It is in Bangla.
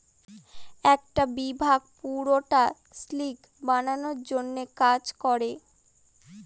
একটা বিভাগ পুরোটা সিল্ক বানানোর জন্য কাজ করে